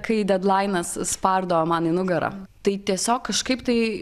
kai dedlainas spardo man į nugarą tai tiesiog kažkaip tai